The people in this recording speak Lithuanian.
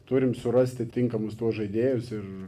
turim surasti tinkamus tuos žaidėjus ir